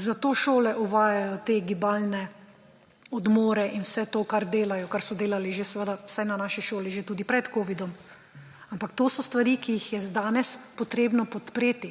Zato šole uvajajo te gibalne odmore in vse to, kar delajo, kar so delale že seveda, vsaj na naši šoli, že tudi pred covidom, ampak to so stvari, ki jih je danes potrebno podpreti.